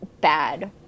bad